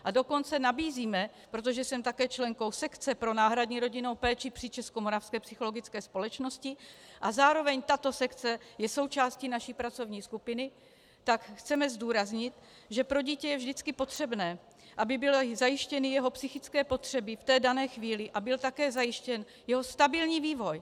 Matějčka, a dokonce nabízíme, protože jsem také členkou sekce pro náhradní rodinnou péči při Českomoravské psychologické společnosti a zároveň tato sekce je součástí naší pracovní skupiny, tak chceme zdůraznit, že pro dítě je vždycky potřebné, aby byly zajištěny jeho psychické potřeby v té dané chvíli a byl také zajištěn jeho stabilní vývoj.